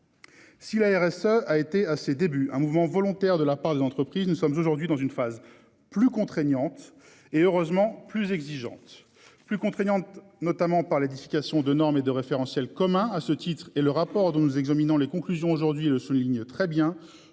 Si la RSA a été à ses débuts. Un mouvement volontaire de la part des entreprises. Nous sommes aujourd'hui dans une phase plus contraignantes et heureusement plus exigeante, plus contraignante, notamment par l'édification de normes et de référentiel commun à ce titre et le rapport dont nous examinons les conclusions aujourd'hui le souligne très bien